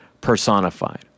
personified